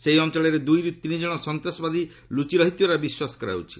ସେହି ଅଞ୍ଚଳରେ ଦୂଇର୍ ତିନି ଜଣ ସନ୍ତାସବାଦୀ ଲ୍ରଚି ରହିଥିବାର ବିଶ୍ୱାସ କରାଯାଉଛି